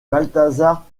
balthazar